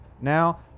now